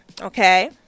Okay